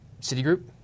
Citigroup